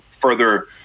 further